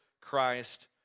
Christ